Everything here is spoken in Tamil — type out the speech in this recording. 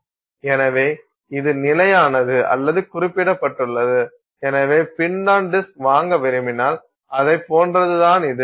எனவே இது நிலையானது அல்லது குறிப்பிடப்பட்டுள்ளது எனவே பின் ஆன் டிஸ்க் வாங்க விரும்பினால் அதை போன்றதுதான் இது